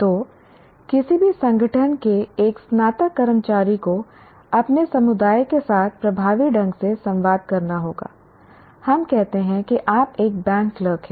तो किसी भी संगठन के एक स्नातक कर्मचारी को अपने समुदाय के साथ प्रभावी ढंग से संवाद करना होगा हम कहते हैं कि आप एक बैंक क्लर्क हैं